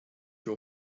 your